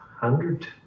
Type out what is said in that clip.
Hundred